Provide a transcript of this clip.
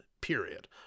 period